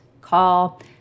Call